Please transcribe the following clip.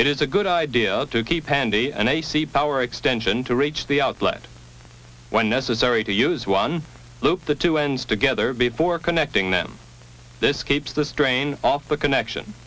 it is a good idea to keep handy an ac power extension to reach the outlet when necessary to use one loop the two ends together before connecting them this keeps the strain off the connection